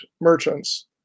merchants